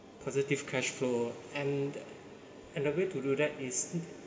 positive cash flow and and the way to do that is